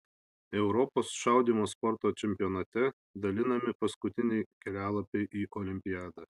europos šaudymo sporto čempionate dalinami paskutiniai kelialapiai į olimpiadą